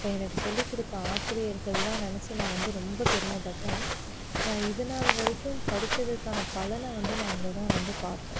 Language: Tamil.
அப்போ எனக்கு சொல்லிக் கொடுத்த ஆசிரியர்கள்லாம் நினைச்சு ந வந்து ரொம்ப பெருமைப்பட்டேன் நான் இதுநாள் வரைக்கும் படித்ததுக்கான பலனை வந்து நான் அங்கேதான் வந்து பார்த்தேன்